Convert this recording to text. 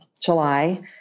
July